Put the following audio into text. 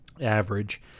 average